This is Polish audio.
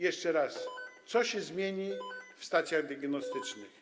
Jeszcze raz: Co się zmieni w stacjach diagnostycznych?